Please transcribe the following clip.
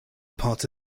parts